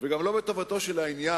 גם לא בטובתו של העניין,